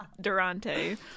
Durante